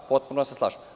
Potpuno se slažem.